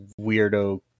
weirdo